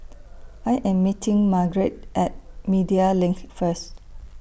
I Am meeting Margrett At Media LINK First